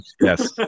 yes